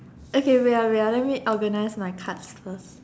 okay wait ah wait ah let me organise my cards first